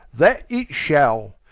that it shall!